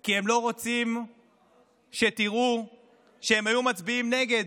כי הם לא רוצים שתראו שהם היו מצביעים נגד,